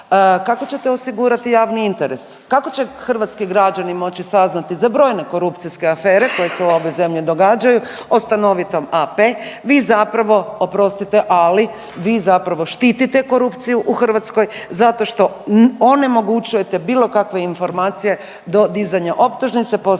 kako ćete osigurati javni interes, kako će hrvatski građani moći saznati za brojne korupcijske afere koje se u ovoj zemlji događaju o stanovitom AP vi zapravo, oprostite, ali vi zapravo štitite korupciju u Hrvatskoj zato što onemogućujete bilo kakve informacije do dizanja optužnice. Postoje